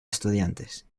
estudiantes